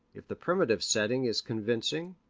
if the primitive setting is convincing,